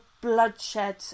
bloodshed